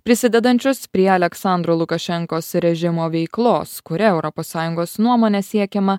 prisidedančios prie aleksandro lukašenkos režimo veiklos kuria europos sąjungos nuomone siekiama